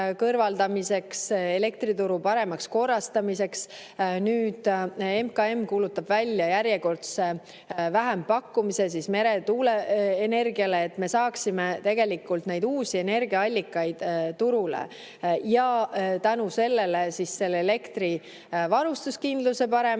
elektrituru paremaks korrastamiseks. Nüüd MKM kuulutab välja järjekordse vähempakkumise meretuuleenergiale, et me saaksime neid uusi energiaallikaid turule ja tänu sellele elektrivarustuskindluse paremaks